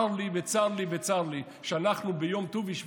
צר לי וצר לי וצר לי שאנחנו ביום ט"ו בשבט,